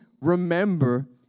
remember